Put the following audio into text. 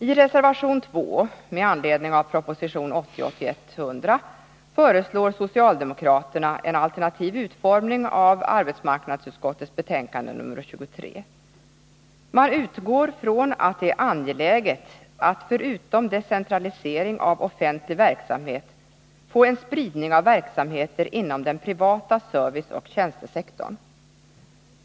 I reservation 2 med anledning av propositionen 1980/81:100 föreslår socialdemokraterna en alternativ utformning av arbetsmarknadsutskottets betänkande nr 23. Man utgår från att det är angeläget att förutom decentralisering av offentlig verksamhet få en spridning av verksamheten inom den privata serviceoch tjänstesektorn.